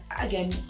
Again